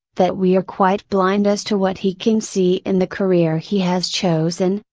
that we are quite blind as to what he can see in the career he has chosen,